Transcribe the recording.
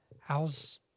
how's